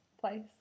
place